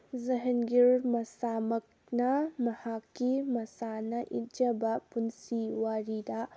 ꯖꯍꯦꯟꯒꯤꯔ ꯃꯁꯥꯃꯛꯅ ꯃꯍꯥꯛꯀꯤ ꯃꯁꯥꯅ ꯏꯖꯕ ꯄꯨꯟꯁꯤ ꯋꯥꯔꯤꯗ